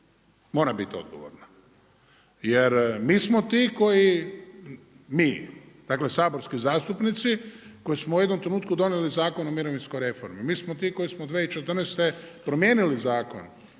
mora biti odgovorna jer mi smo ti koji, mi saborski zastupnici, koji smo u jednom trenutku donijeli Zakon o mirovinskoj reformi. Mi smo ti koji smo 2014. promijenili Zakon